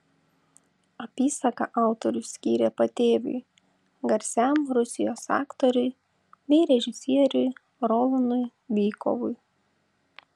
apysaką autorius skyrė patėviui garsiam rusijos aktoriui bei režisieriui rolanui bykovui